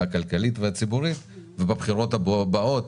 הכלכלית והציבורית ובבחירות הבאות